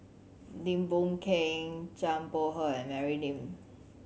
Lim Boon Keng Zhang Bohe and Mary Lim